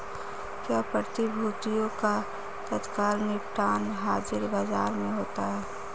क्या प्रतिभूतियों का तत्काल निपटान हाज़िर बाजार में होता है?